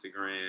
Instagram